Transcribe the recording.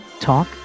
talk